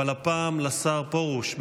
אבל הפעם לשר פרוש.